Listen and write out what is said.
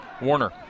Warner